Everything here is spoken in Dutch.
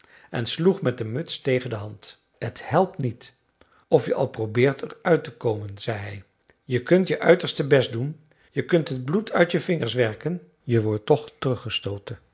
en sloeg met de muts tegen de hand het helpt niet of je al probeert er uit te komen zei hij je kunt je uiterste best doen je kunt het bloed uit je vingers werken je wordt toch